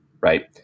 Right